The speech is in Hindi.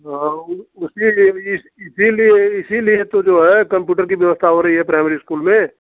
हाँ ऊ उसी लिए इस इसीलिए इसीलिए तो जो है कम्प्यूटर की व्यवस्था हो रही है प्राइमरी इस्कूल में